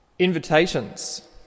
Invitations